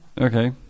Okay